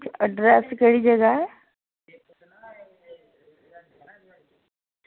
ते एड्रेस केह्ड़ी जगह ऐ